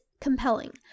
compelling